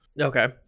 Okay